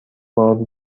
بار